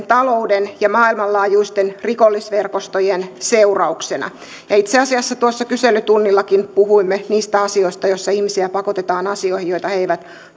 talouden ja maailmanlaajuisten rikollisverkostojen seurauksena ja itse asiassa tuossa kyselytunnillakin puhuimme niistä asioista joissa ihmisiä pakotetaan asioihin joita he eivät